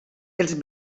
els